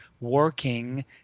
working